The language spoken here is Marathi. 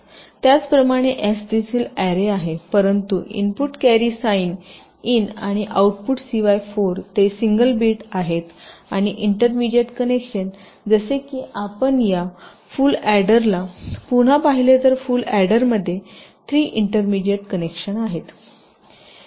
त्याचप्रमाणे एस देखील अॅरे आहेत परंतु इनपुट कॅरी साईन इन आणि आउटपुट cy4 ते सिंगल बिट आहेत आणि इंटरमीडिएट कनेक्शन जसे की आपण या फुल अॅडरला पुन्हा पाहिले तर फुल अॅडरमध्ये 3 इंटरमीडिएट कनेक्शन होते